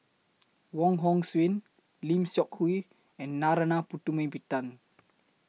Wong Hong Suen Lim Seok Hui and Narana Putumaippittan